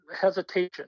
hesitation